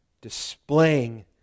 Displaying